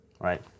Right